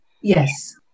Yes